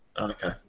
Okay